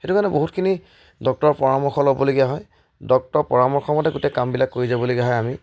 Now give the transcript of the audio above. সেইটো কাৰণে বহুতখিনি ডক্তৰৰ পৰামৰ্শ ল'বলগীয়া হয় ডক্টৰ পৰামৰ্শ মতে গোটেই কামবিলাক কৰি যাবলগীয়া হয় আমি